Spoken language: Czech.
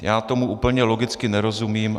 Já tomu úplně logicky nerozumím.